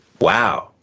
Wow